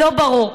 לא ברור.